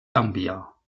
gambia